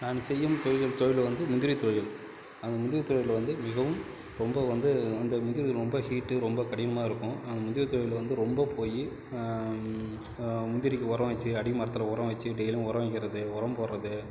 நான் செய்யும் தொழில் வந்து முந்திரி தொழில் அந்த முந்திரி தொழில் வந்து மிகவும் ரொம்ப வந்து அந்த முந்திரி ரொம்ப ஹீட்டு ரொம்ப கடினமாக இருக்கும் அந்த முந்திரி தொழில் வந்து ரொம்ப போய் முந்திரிக்கு உரம் வச்சு அடி மரத்தில் உரம் வச்சி டெய்லியும் உரம் வைக்கிறது உரம் போடுகிறது